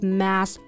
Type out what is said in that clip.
mass